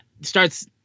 Starts